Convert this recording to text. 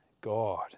God